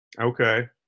Okay